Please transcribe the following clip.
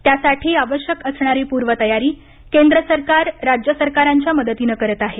त्यासाठी आवश्यक असणारी पूर्वतयारी केंद्र सरकार राज्य सरकारांच्या मदतीनं करतं आहे